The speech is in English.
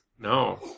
No